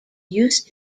used